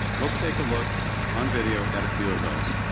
let's take a look on video at a few of those.